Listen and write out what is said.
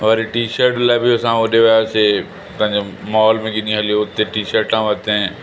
वरी टीशर्ट लाइ बि असां ओॾे वियासीं पंहिंजो मॉल में गिनी हलियो हुते टीशर्टां वरिती